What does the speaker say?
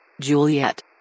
Juliet